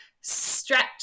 stretch